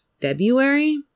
February